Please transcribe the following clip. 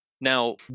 Now